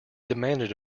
demanded